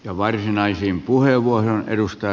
ja varsinaisiin puheenvuoroihin